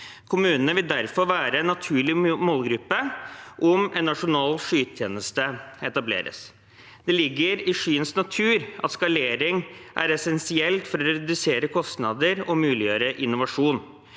Kommunene vil derfor være en naturlig målgruppe om en nasjonal skytjeneste etableres. Det ligger i skyens natur at skalering er essensielt for å redusere kostnader og muliggjøre innovasjon.